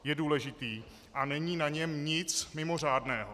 Je důležitý a není na něm nic mimořádného.